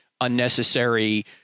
unnecessary